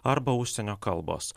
arba užsienio kalbos